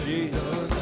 Jesus